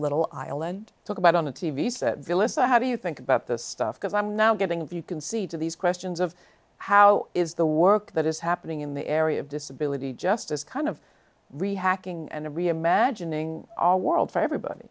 little island talk about on the t v set villa's the how do you think about this stuff because i'm now getting of you can see to these questions of how is the work that is happening in the area of disability just as kind of rehashing and a reimagining our world for everybody